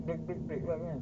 break break break lah kan